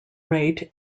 rate